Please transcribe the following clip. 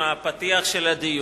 עם הפתיח של הדיון,